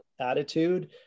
attitude